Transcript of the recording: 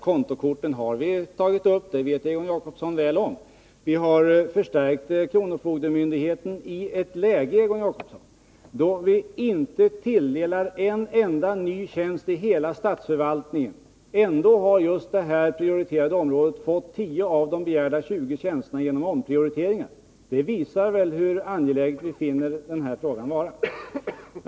Egon Jacobsson vet mycket väl att vi har tagit upp frågan om kontokorten. Vidare har vi förstärkt kronofogdemyndigheten i ett läge, då i övrigt inte föreslagit några nya tjänster i hela statsförvaltningen. Trots detta har det här området, genom omprioriteringar, fått 10 av de begärda 20 tjänsterna. Detta visar väl hur angelägen vi anser frågan vara.